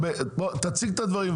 תציג את הדברים,